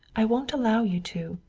i won't allow you to.